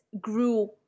grew